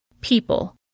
People